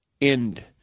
end